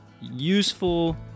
useful